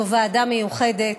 זאת ועדה מיוחדת.